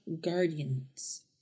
Guardians